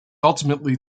ultimately